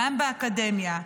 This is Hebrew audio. גם באקדמיה.